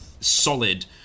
solid